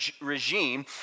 regime